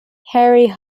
harry